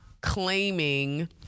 claiming